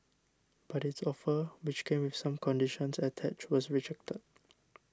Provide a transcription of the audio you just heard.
but its offer which came with some conditions attached was rejected